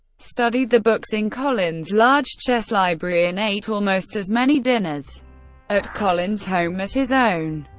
studied the books in collins' large chess library, and ate almost as many dinners at collins' home as his own.